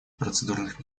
процедурных